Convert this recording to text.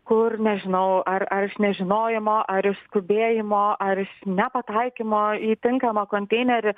kur nežinau ar ar iš nežinojimo ar iš skubėjimo ar nepataikymo į tinkamą konteinerį